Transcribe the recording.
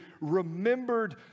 remembered